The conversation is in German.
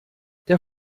der